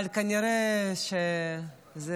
אבל כנראה שזה